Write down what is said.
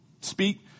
speak